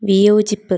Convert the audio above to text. വിയോജിപ്പ്